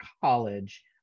college